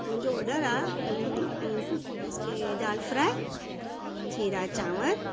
मुंहिंजो ऑडर आहे मींस की दाल फ्राइ जीरा चांवर